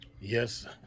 Yes